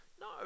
No